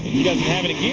he doesn't have it in